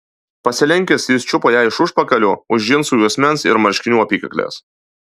pasilenkęs jis čiupo ją iš užpakalio už džinsų juosmens ir marškinių apykaklės